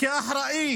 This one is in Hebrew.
כאחראי